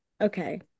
Okay